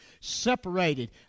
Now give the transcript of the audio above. separated